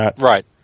right